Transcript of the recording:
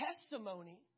testimony